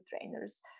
trainers